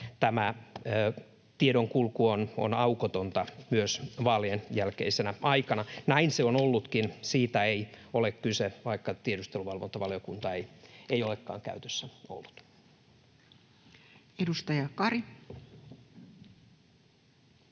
tämä tiedonkulku on aukotonta myös vaalien jälkeisenä aikana. Näin se on ollutkin, siitä ei ole kyse, vaikka tiedusteluvalvontavaliokunta ei olekaan käytössä ollut. [Speech 131]